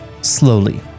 Slowly